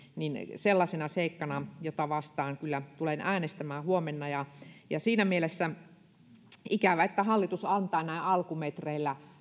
sellaisena seikkana jota vastaan kyllä tulen äänestämään huomenna siinä mielessä on ikävää että hallitus antaa näin alkumetreillä